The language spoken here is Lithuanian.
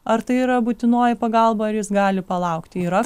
ar tai yra būtinoji pagalba ar jis gali palaukti yra